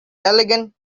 elegant